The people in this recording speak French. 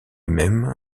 même